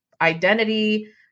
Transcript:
identity